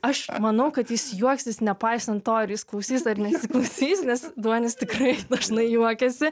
aš manau kad jis juoksis nepaisant to ar jis klausys ar nesiklausys nes duonis tikrai dažnai juokiasi